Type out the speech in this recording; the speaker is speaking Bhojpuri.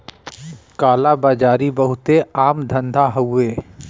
काला बाजारी बहुते आम धंधा हउवे